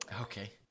Okay